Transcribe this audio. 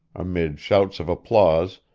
amid shouts of applause,